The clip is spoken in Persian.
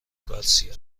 گارسیا